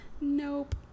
Nope